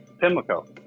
Pimlico